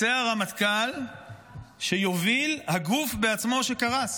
רוצה הרמטכ"ל שיוביל הגוף בעצמו, שקרס.